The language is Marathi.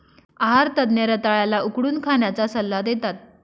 आहार तज्ञ रताळ्या ला उकडून खाण्याचा सल्ला देतात